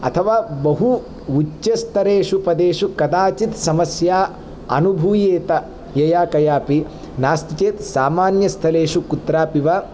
अथवा बहु उच्चस्तरेषु पदेषु कदाचित् समस्या अनुभूयेत यया कयापि नास्ति चेत् सामान्यस्थलेषु कुत्रापि वा